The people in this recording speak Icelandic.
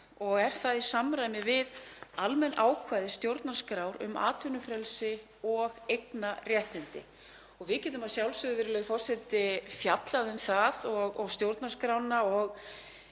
og er það í samræmi við almenn ákvæði stjórnarskrár um atvinnufrelsi og eignarréttindi. Við getum að sjálfsögðu fjallað um það og stjórnarskrána og